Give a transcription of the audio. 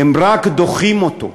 והם רק דוחים אותו,